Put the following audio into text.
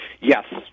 Yes